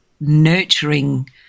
nurturing